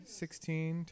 sixteen